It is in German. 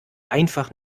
einfach